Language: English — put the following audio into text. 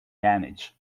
damage